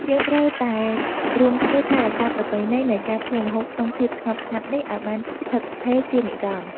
យើងត្រូវតែរួមគ្នាថែរក្សាប្រពៃណីនៃការធ្វើម្ហូបក្នុងភាពស្ងប់ស្ងាត់នេះឱ្យបានស្ថិតស្ថេរជានិរន្តរ៍។